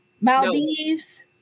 Maldives